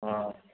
हा